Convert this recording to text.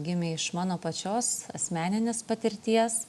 gimė iš mano pačios asmeninės patirties